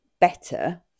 better